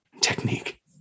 technique